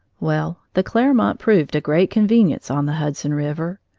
well, the clermont proved a great convenience on the hudson river.